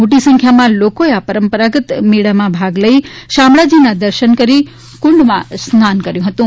મોટી સંખ્યામાં લોકોએ આ પરંપરાગત મેળામાં ભાગ લઈ શામળાજીના દર્શન કરી કુંડમાં સ્નાન કર્યું હતું